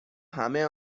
همه